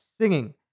singing